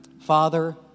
Father